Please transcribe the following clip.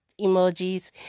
emojis